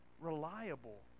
reliable